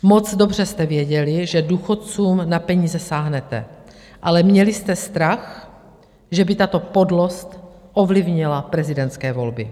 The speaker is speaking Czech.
Moc dobře jste věděli, že důchodcům na peníze sáhnete, ale měli jste strach, že by tato podlost ovlivnila prezidentské volby.